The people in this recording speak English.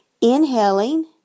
inhaling